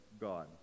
God